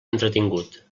entretingut